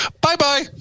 Bye-bye